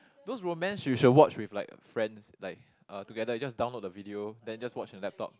those romance you should watch with like friends like uh together you just download the video then just watch in laptop